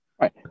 Right